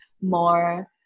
more